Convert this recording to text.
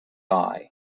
eye